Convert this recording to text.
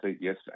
yes